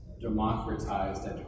democratized